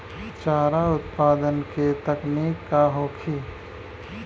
चारा उत्पादन के तकनीक का होखे?